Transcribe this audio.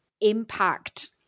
impact